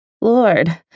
Lord